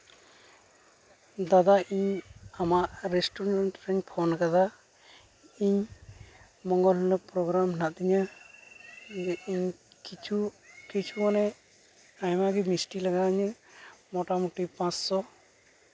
ᱫᱟᱫᱟ ᱤᱧ ᱟᱢᱟᱜ ᱨᱮᱹᱥᱴᱩᱨᱮᱱᱴ ᱨᱤᱧ ᱯᱷᱳᱱ ᱠᱟᱫᱟ ᱤᱧ ᱢᱚᱝᱜᱚᱞᱵᱟᱨ ᱦᱤᱞᱳᱜ ᱯᱨᱳᱜᱨᱟᱢ ᱢᱮᱱᱟᱜ ᱛᱤᱧᱟᱹ ᱤᱧ ᱠᱤᱪᱷᱩ ᱠᱤᱪᱷᱩ ᱢᱟᱱᱮ ᱟᱭᱢᱟᱜᱮ ᱢᱤᱥᱴᱤ ᱞᱟᱜᱟᱣᱤᱧᱟᱹ ᱢᱳᱴᱟᱢᱩᱴᱤ ᱯᱟᱸᱥᱥᱚ